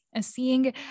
seeing